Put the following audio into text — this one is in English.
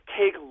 take